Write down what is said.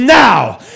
now